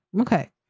Okay